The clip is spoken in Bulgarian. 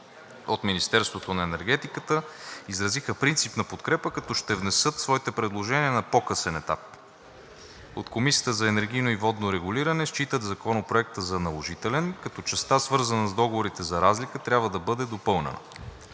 От Министерството на енергетика изразиха принципна подкрепа, като ще внесат своите предложения на по-късен етап. От Комисията за енергийно и водно регулиране считат Законопроекта за наложителен, като частта, свързана с договорите за разлика, трябва да бъде допълнена.